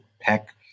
Peck